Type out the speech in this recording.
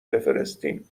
بفرستین